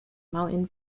mountain